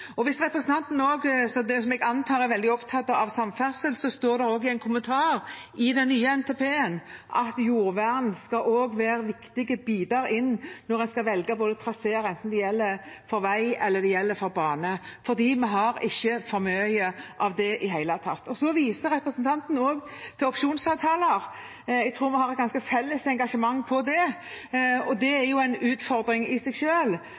Hvis representanten også, som jeg antar, er veldig opptatt av samferdsel, står det også i en kommentar i den nye NTP-en at jordvern skal være viktig videre inn når en skal velge traseer, enten det gjelder for vei eller for bane, for vi har ikke for mye av det i det hele tatt. Så viser representanten også til opsjonsavtaler, jeg tror vi har et ganske felles engasjement der. Det er jo en utfordring i seg